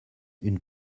une